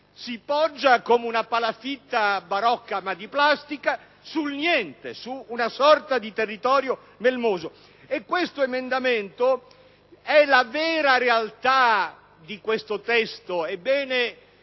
Si poggia, come una palafitta barocca, ma di plastica, sul niente, su una sorta di territorio melmoso. Tale emendamento e la vera realtadi questo testo.